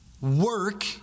work